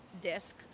Disk